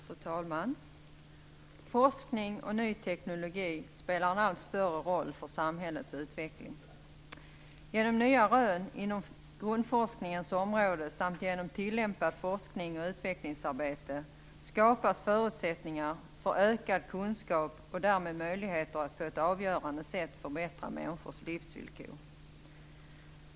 Fru talman! Forskning och ny teknologi spelar en allt större roll för samhällets utveckling. Genom nya rön inom grundforskningens område samt genom tillämpad forskning och utvecklingsarbete skapas förutsättningar för ökad kunskap och därmed möjligheter att på ett avgörande sätt förbättra människors livsvillkor.